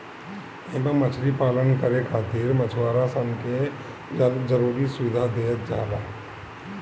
एमे मछरी पालन करे खातिर मछुआरा सन के जरुरी सुविधा देहल जाला